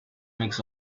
mix